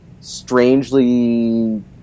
strangely